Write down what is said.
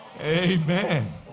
Amen